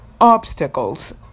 obstacles